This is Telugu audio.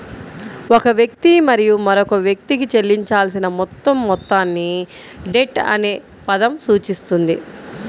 ఒక వ్యక్తి మరియు మరొక వ్యక్తికి చెల్లించాల్సిన మొత్తం మొత్తాన్ని డెట్ అనే పదం సూచిస్తుంది